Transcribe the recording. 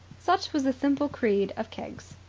such was the simple creed of keggs.